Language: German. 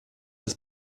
des